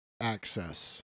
access